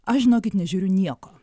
aš žinokit nežiūriu nieko